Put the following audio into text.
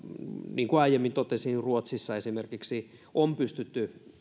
niin kuin aiemmin totesin ruotsissa esimerkiksi on pystytty